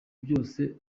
byose